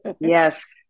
Yes